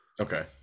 Okay